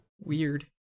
Weird